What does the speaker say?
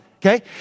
Okay